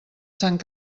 sant